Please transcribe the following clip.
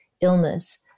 illness